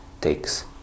takes